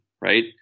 right